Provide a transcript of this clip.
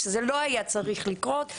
שזה לא היה צריך לקרות.